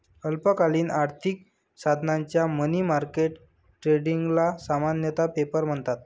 अल्पकालीन आर्थिक साधनांच्या मनी मार्केट ट्रेडिंगला सामान्यतः पेपर म्हणतात